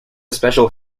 special